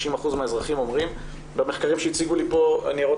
60% מהאזרחים אומרים - במחקרים שהציגו לי פה ניירות